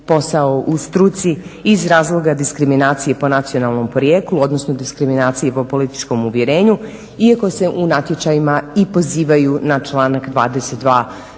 dobiti u struci iz razloga diskriminacije po nacionalnom porijeklu odnosno diskriminacije po političkom uvjerenju iako se u natječajima i pozivaju na članak 22.